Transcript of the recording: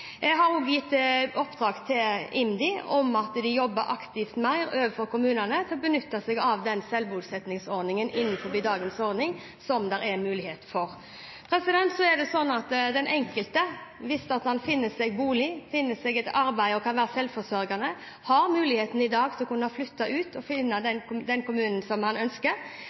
Jeg har også gitt IMDi i oppdrag å jobbe aktivt overfor kommunene for å benytte seg av den selvbosettingsordningen innenfor dagens ordning som det er mulighet for. Så er det sånn at den enkelte, hvis man finner seg bolig, finner seg et arbeid og kan være selvforsørgende, har muligheten i dag til å kunne flytte ut og finne den kommunen som man ønsker,